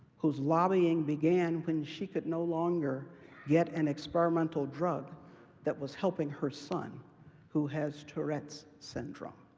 whose lobbying began when she could no longer get an experimental drug that was helping her son who has tourette's syndrome.